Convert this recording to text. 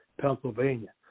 pennsylvania